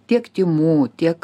tiek tymų tiek